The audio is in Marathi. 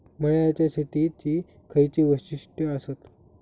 मळ्याच्या शेतीची खयची वैशिष्ठ आसत?